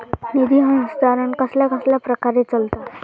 निधी हस्तांतरण कसल्या कसल्या प्रकारे चलता?